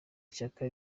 ishyaka